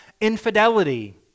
infidelity